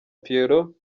pierrot